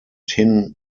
tin